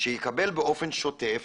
שיקבל באופן שוטף,